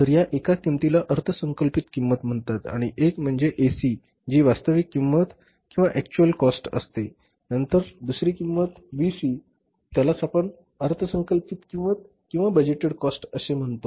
तर या एका किंमतीला अर्थसंकल्पित किंमत म्हणतात आणि एक म्हणजे एसी जी वास्तविक किंमत किंवा एक्चुअल कॉस्ट असते आणि नंतर दुसरी किंमत म्हणजे बीसी त्यालाच आपण अर्थसंकल्पित किंमत बजेटेड कॉस्ट असे म्हणतो